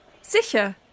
Sicher